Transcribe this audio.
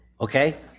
okay